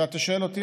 ואתה שואל אותי,